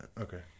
Okay